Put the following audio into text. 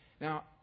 Now